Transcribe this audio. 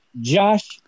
Josh